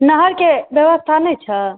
नहरके व्यवस्था नहि छै